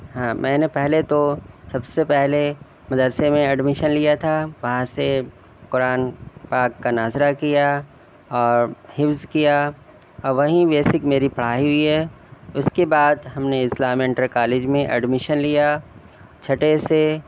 ہاں میں نے پہلے تو سب سے پہلے مدرسے میں ایڈمشن لیا تھا وہاں سے قرآن پاک کا ناظرہ کیا اور حفظ کیا اور وہیں بیسک میری پڑھائی ہوئی ہے اس کے بعد ہم نے اسلامیہ انٹر کالج میں ایڈمشن لیا چھٹے سے